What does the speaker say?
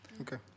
Okay